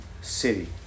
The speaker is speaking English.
city